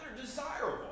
desirable